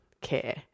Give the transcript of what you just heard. care